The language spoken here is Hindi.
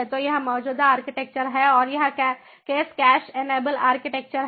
तो यह मौजूदा आर्किटेक्चर है और यह केस कैश एनेबल आर्किटेक्चर है